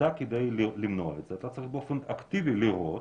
כדי למנוע את זה אתה צריך באופן אקטיבי לראות,